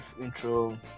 intro